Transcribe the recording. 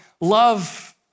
love